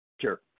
Sure